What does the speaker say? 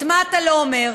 מה אתה לא אומר?